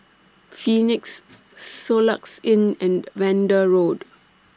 Phoenix Soluxe Inn and Vanda Road